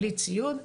בלי ציוד.